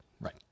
Right